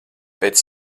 pēc